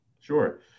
Sure